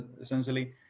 essentially